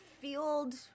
field